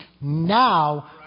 now